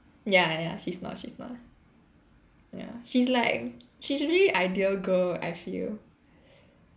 ya ya she's not she's not ya she's like she's really ideal girl I feel